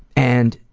and